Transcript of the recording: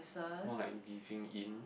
more like giving in